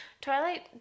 Twilight